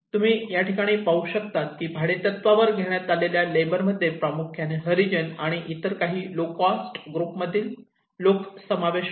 तुम्ही या ठिकाणी पाहू शकतात की भाडेतत्त्वावर घेण्यात आलेल्या लेबर मध्ये प्रामुख्याने हरिजन आणि काही इतर लो कास्ट ग्रुपमधील लोक होते